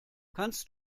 kannst